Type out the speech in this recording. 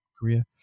Korea